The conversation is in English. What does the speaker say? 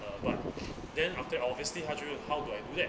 uh but then after that obviously 她就问 how do I do that